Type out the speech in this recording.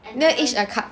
is there Each-a-cup